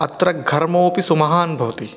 अत्र घर्मोऽपि सुमहान् भवति